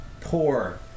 poor